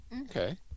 Okay